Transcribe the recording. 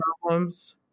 problems